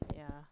yeah